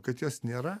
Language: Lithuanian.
kad jos nėra